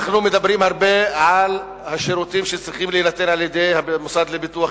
אנחנו מדברים הרבה על השירותים שצריכים להינתן על-ידי המוסד לביטוח